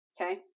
okay